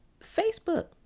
Facebook